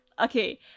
Okay